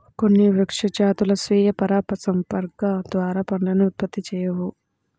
కొన్ని వృక్ష జాతులు స్వీయ పరాగసంపర్కం ద్వారా పండ్లను ఉత్పత్తి చేయవు